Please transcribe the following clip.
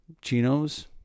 Chinos